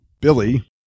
Billy